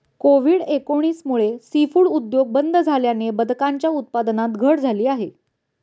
Covid एकोणीस मुळे seafood उद्योग बंद झाल्याने बदकांच्या उत्पादनात घट झाली आहे